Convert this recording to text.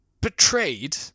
betrayed